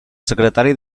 secretari